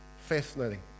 fascinating